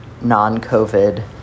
non-COVID